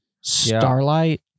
Starlight